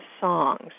songs